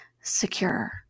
secure